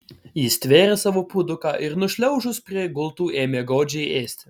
ji stvėrė savo puoduką ir nušliaužus prie gultų ėmė godžiai ėsti